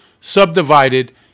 subdivided